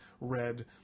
red